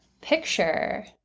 picture